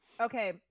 Okay